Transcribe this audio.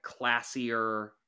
classier